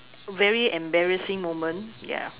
very embarrassing moment ya